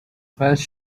first